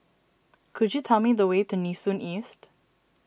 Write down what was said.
could you tell me the way to Nee Soon East